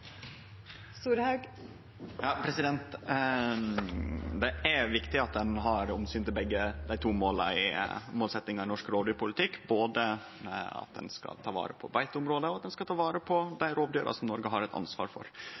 viktig at ein tek omsyn til begge målsetjingane i norsk rovdyrpolitikk, både at ein skal ta vare på beiteområda, og at ein skal ta vare på dei rovdyra som Noreg har eit ansvar for.